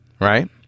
right